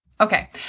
Okay